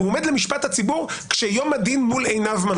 הוא עומד למשפט הציבור כשיום הדין מול עיניו.